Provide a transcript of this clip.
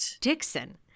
Dixon